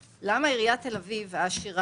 למה אתם מאפשרים לעיריית תל אביב העשירה